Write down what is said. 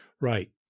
Right